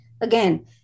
again